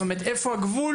זאת אומרת, איפה הגבול?